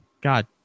God